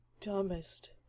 dumbest